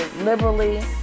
liberally